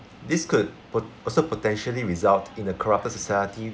this could po~ also potentially result in a corrupted society